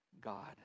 God